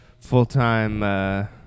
full-time